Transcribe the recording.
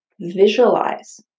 visualize